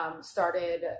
started